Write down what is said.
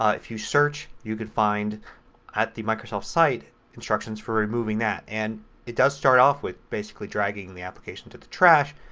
ah if you search you can find at the microsoft site instructions for removing that and it does start off with basically dragging the application to the trash.